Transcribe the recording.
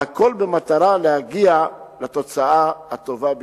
והכול במטרה להגיע לתוצאה הטובה ביותר".